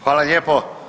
Hvala lijepo.